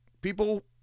People